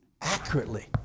accurately